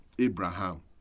Abraham